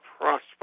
prosper